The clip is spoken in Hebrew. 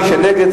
מי שנגד,